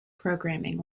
programming